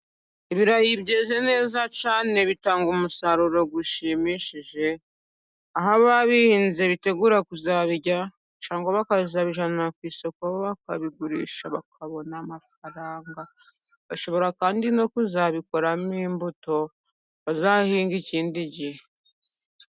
Ibirayi byeze neza cyane bitanga umusaruro ushimishije, aho aba bihinze bitegura kuzabirya cyangwa bakazabijyana ku isoko, bakabigurisha bakabona amafaranga bashobora kandi no kuzabikoramo imbuto, bazahinga ikindi gihe.